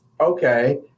okay